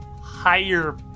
higher